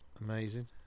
amazing